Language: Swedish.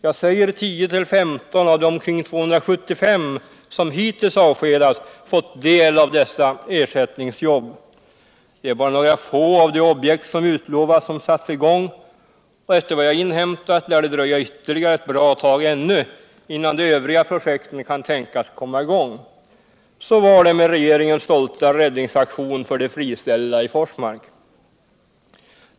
jug säger 10-15 av de omkring 275 som hittills avskedats fått del av dessa ersättningsjobb. Det är bara några få av de objekt Som utlovals som satis i gång. och efter vad jag inhämtat lär det dröja ytterligare ett bra tag ännu innan de övriga projekten kan tänkas komma i gång. Så var det med regeringens stolta räddningsaktion för de friställda i Forsmark.